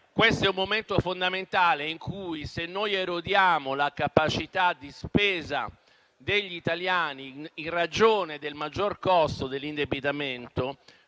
questo è un momento fondamentale nel quale, se erodiamo la capacità di spesa degli italiani in ragione del maggior costo dell'indebitamento,